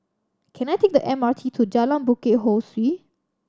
can I take the M R T to Jalan Bukit Ho Swee